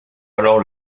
alors